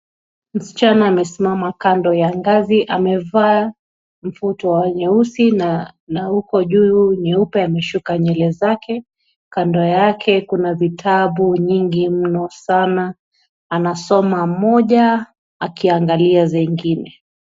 Msichana amesimama kando ya ngazi, amevaa mfuto wa nyeusi na huko juu nyeupe, ameshuka nywele zake, kando yake kuna vitabu nyingi mno sana, anasoma moja akiangalia zengine.